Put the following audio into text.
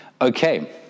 okay